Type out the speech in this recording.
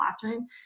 classroom